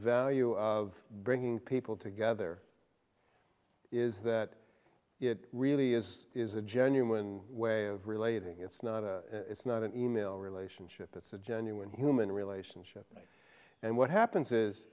value of bringing people together is that it really is a genuine way of relating it's not a it's not an email relationship it's a genuine human relationship and what happens is